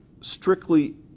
strictly